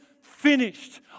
finished